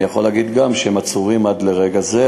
אני יכול להגיד גם שהם עצורים עד לרגע זה,